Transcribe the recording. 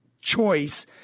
choice